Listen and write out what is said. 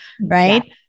Right